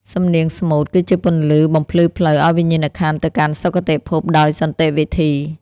សំនៀងស្មូតគឺជាពន្លឺបំភ្លឺផ្លូវឱ្យវិញ្ញាណក្ខន្ធទៅកាន់សុគតិភពដោយសន្តិវិធី។